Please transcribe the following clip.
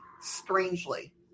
strangely